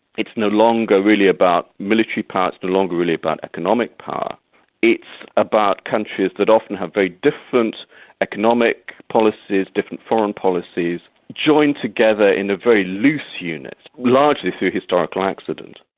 it's no longer really about military power, it's no longer really about economic power it's about countries that often have very different economic policies, different foreign policies, joined together in a very loose unit, largely through historical accident.